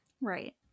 Right